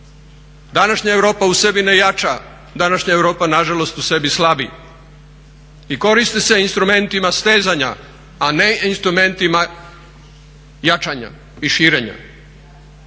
Današnja Europa u sebi ne jača, današnja Europa nažalost u sebi slabi i koristi se instrumentima stezanja, a ne instrumentima jačanja i širenja.